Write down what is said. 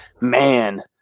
man